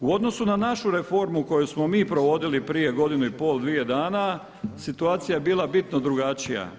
U odnosu na našu reformu koju smo mi provodili prije godinu i pol, dvije dana, situacija je bila bitno drugačija.